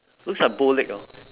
looks like bow leg hor